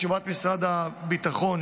תשובת משרד הביטחון,